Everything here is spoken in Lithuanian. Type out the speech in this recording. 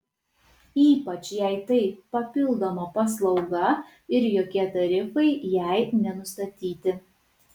ypač jei tai papildoma paslauga ir jokie tarifai jai nesustatyti